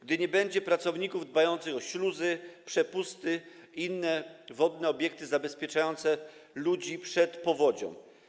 Gdy nie będzie pracowników dbających o śluzy, przepusty, inne wodne obiekty zabezpieczające ludzi przed powodzią?